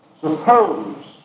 Suppose